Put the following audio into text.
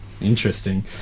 Interesting